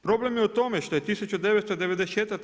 Problem je u tome što je 1994.